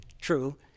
true